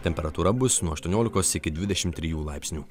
temperatūra bus nuo aštuoniolikos iki dvidešimt trijų laipsnių